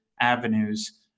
avenues